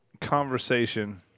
conversation